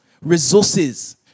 resources